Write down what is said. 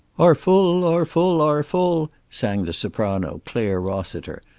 are full, are full, are full, sang the soprano, clare rossiter,